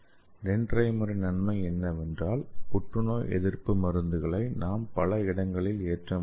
டென்ட்ரைமரின் நன்மை என்னவென்றால் புற்றுநோய் எதிர்ப்பு மருந்துகளை நாம் பல இடங்களில் ஏற்ற முடியும்